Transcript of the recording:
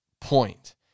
point